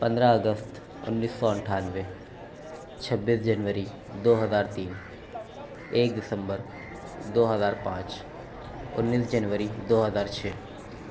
پندرہ اگست اُنیس سو اٹھانوے چھبیس جنوری دو ہزار تین ایک دسمبر دو ہزار پانچ اُنیس جنوری دو ہزار چھ